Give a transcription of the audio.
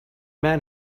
man